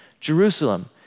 Jerusalem